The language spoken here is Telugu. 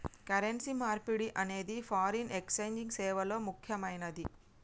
కరెన్సీ మార్పిడి అనేది ఫారిన్ ఎక్స్ఛేంజ్ సేవల్లో ముక్కెమైనది